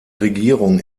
regierung